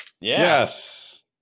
Yes